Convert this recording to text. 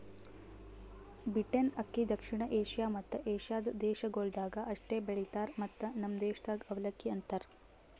beaten ಅಕ್ಕಿ ದಕ್ಷಿಣ Asia ಮತ್ತ ಏಷ್ಯಾದ ದೇಶಗೊಳ್ದಾಗ್ ಅಷ್ಟೆ ಬೆಳಿತಾರ್ ಮತ್ತ ನಮ್ ದೇಶದಾಗ್ ಅವಲಕ್ಕಿ ಅಂತರ್